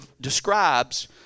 describes